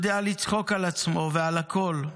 יודע לצחוק על עצמו ועל הכול,